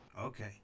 Okay